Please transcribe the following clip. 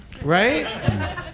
Right